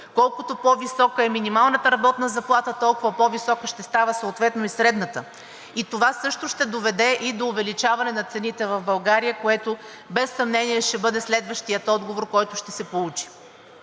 колкото по-висока е минималната работна заплата, толкова по-висока ще става съответно и средната. Това също ще доведе и до увеличаване на цените в България, което без съмнение ще бъде следващият отговор, който ще се получи.